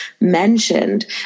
mentioned